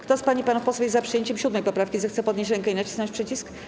Kto z pań i panów posłów jest za przyjęciem 7. poprawki, zechce podnieść rękę i nacisnąć przycisk.